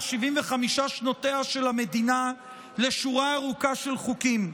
75 שנותיה של המדינה לשורה ארוכה של חוקים,